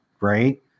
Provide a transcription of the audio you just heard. right